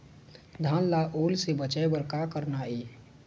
धान ला ओल से बचाए बर का करना ये?